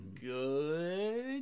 good